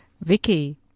Vicky